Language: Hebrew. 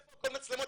איפה כל המצלמות,